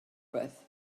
beth